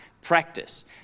Practice